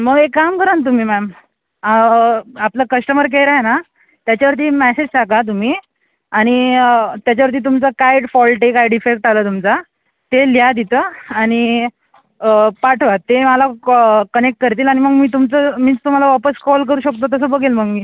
मग एक काम करा न तुम्ही मॅम आ आपला कश्टमर केअर आहे ना त्याच्यावरती मॅसेज टाका तुम्ही आणि त्याच्यावरती तुमचं काय फॉल्ट आहे काय डिफेक्ट आला तुमचा ते लिहा तिथं आणि पाठवा ते मला क कनेक्ट करतील आणि मग मी तुमचं मीच तुम्हाला वापस कॉल करू शकतो तसं बघेन मग मी